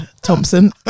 Thompson